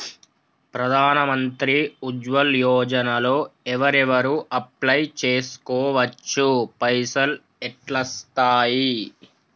ప్రధాన మంత్రి ఉజ్వల్ యోజన లో ఎవరెవరు అప్లయ్ చేస్కోవచ్చు? పైసల్ ఎట్లస్తయి?